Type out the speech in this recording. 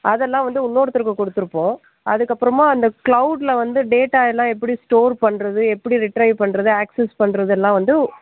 அதெல்லாம் வந்து இன்னோர்த்தருக்கு கொடுத்துருப்போம் அதற்கு அப்புறமா அந்த க்ளவ்டுல வந்து டேட்டா எல்லா எப்படி ஸ்டோர் பண்ணுறது எப்படி ரிட்ரைவ் பண்ணுறது அக்சஸ் பண்ணுறதுலா வந்து